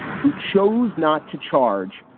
who chose not to charge.